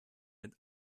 mit